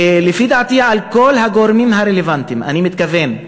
לפי דעתי, על כל הגורמים הרלוונטיים, אני מתכוון: